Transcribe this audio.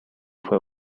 fue